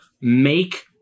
make